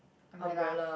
umbrella